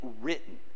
written